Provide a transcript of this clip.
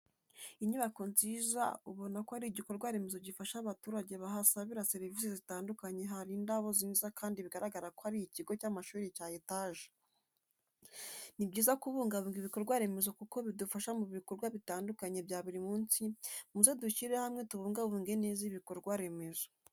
Inyubako nziza ubona ko ari igikorwa remezo gifasha abaturage bahasabira serivisi zitandukanye hari ndabo nzinza kandi bigaragara ko ari ikigo cy'amashuri cya etaje. Ni byiza kubungabunga ibikorwa remezo kuko bidufasha mu bikorwa bitandukanye bya buri munsi, muze dushyire hamwe tubungabunge neza ibikorwa remezo.